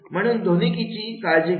म्हणून ध्वनिकीची काळजी घ्या